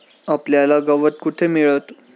आपल्याला गवत कुठे मिळतं?